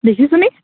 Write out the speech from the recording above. দেখিছো নি